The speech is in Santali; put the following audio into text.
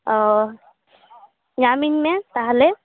ᱚᱻ ᱧᱟᱢᱤᱧ ᱢᱮ ᱛᱟᱦᱚᱞᱮ